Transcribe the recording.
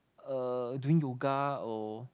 uh doing yoga or